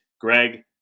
Greg